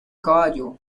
caballo